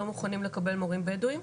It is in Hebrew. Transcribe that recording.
לא מוכנים לקבל מורים בדואים,